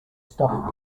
stop